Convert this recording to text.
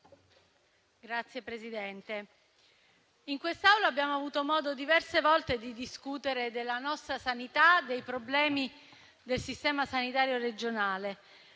Signora Presidente, in quest'Aula abbiamo avuto modo diverse volte di discutere della nostra sanità e dei problemi del sistema sanitario regionale.